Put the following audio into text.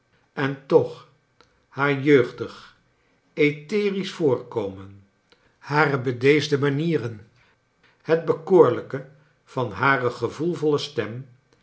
en toch haar jeugdig etherisch voorkomen hare bedeesde manieren het bekoorlijke van hare gevoelvolle stem